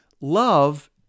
love